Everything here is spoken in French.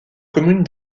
commune